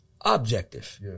objective